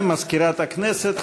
תודה למזכירת הכנסת.